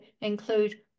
include